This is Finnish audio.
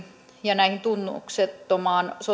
ja tunnuksettomaan